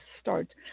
start